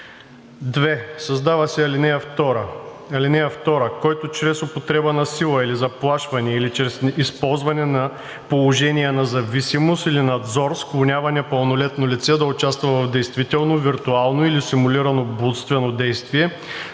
2. Създава се ал. 2: „(2) Който чрез употреба на сила или заплашване, или чрез използване на положение на зависимост или надзор склонява непълнолетно лице да участва в действително, виртуално или симулирано блудствено действие,